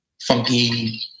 funky